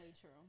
true